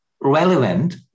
relevant